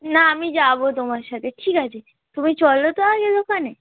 না আমি যাব তোমার সাথে ঠিক আছে তুমি চলো তো আগে দোকানে